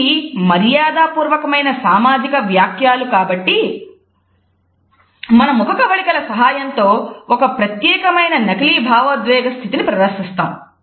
ఇవి మర్యాద పూర్వకమైన సామాజిక వాక్యాలు కాబట్టి మన ముఖకవళికల సహాయంతో ఒక ప్రత్యేకమైన నకిలీ భావోద్వేగ స్థితిని ప్రదర్శిస్తాము